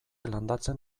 landatzen